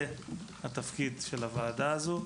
זה התפקיד של הוועדה הזאת.